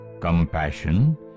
Compassion